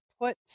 put